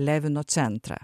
levino centrą